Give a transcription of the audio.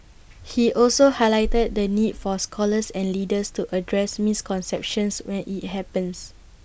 he also highlighted the need for scholars and leaders to address misconceptions when IT happens